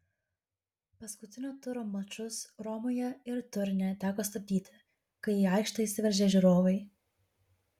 paskutinio turo mačus romoje ir turine teko stabdyti kai į aikštę įsiveržė žiūrovai